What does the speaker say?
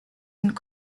and